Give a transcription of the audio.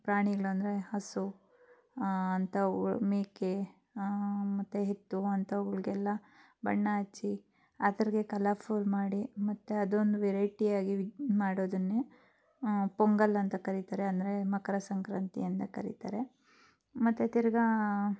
ಪ್ರಾಣಿಗಳಂದ್ರೆ ಹಸು ಅಂಥವುಗಳು ಮೇಕೆ ಮತ್ತು ಎತ್ತು ಅಂಥವುಗ್ಳಿಗೆಲ್ಲ ಬಣ್ಣ ಹಚ್ಚಿ ಅದ್ರಗೆ ಕಲರ್ಫುಲ್ ಮಾಡಿ ಮತ್ತು ಅದೊಂದು ವೆರೈಟಿಯಾಗಿ ವಿಜ್ ಮಾಡೋದನ್ನೇ ಪೊಂಗಲ್ ಅಂತ ಕರೀತಾರೆ ಅಂದರೆ ಮಕರ ಸಂಕ್ರಾಂತಿ ಅಂದ ಕರೀತಾರೆ ಮತ್ತು ತಿರ್ಗಿ